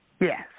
Yes